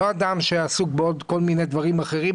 לא אדם שעסוק בכל מיני דברים אחרים,